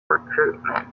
recruitment